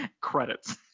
Credits